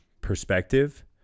perspective